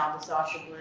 sasha